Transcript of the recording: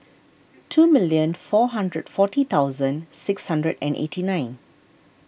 two million four hundred forty thousand six hundred and eighty nine